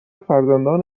فرزندان